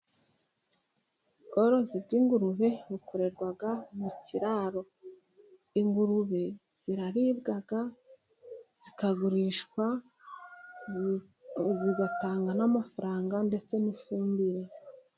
Ubworozi bw'ingurube bukorerwa mu kiraro. Ingurube ziraribwa, zikagurishwa, zigatanga n'amafaranga ndetse n'ifumbire